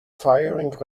firing